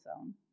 own